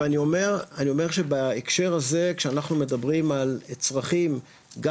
ואני אומר שבהקשר הזה כשאנחנו מדברים על צרכים גם